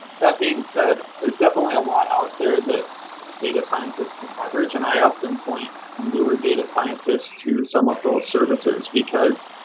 that being said, there's definitely a lot out there that data scientists can leverage, and i often point on newer data scientists to some of those services, because,